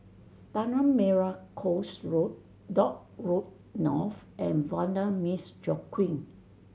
Tanah Merah Coast Road Dock Road North and Vanda Miss Joaquim